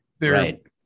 Right